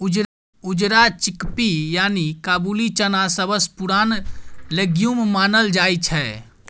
उजरा चिकपी यानी काबुली चना सबसँ पुरान लेग्युम मानल जाइ छै